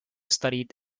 studied